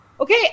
Okay